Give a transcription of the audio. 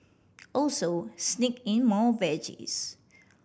also sneak in more veggies